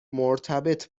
مرتبط